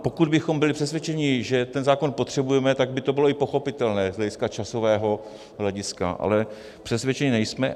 Pokud bychom byli přesvědčeni, že ten zákon potřebujeme, tak by to bylo i pochopitelné z časového hlediska, ale přesvědčeni nejsme.